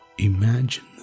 Imagine